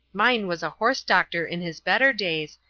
mine was a horse-doctor in his better days,